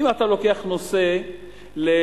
אם אתה לוקח נושא לבית-משפט,